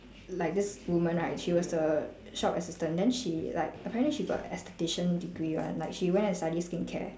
like this women right she was the shop assistant then she like apparently she got aesthetician degree [one] like she went to study skincare